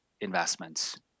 investments